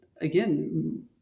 again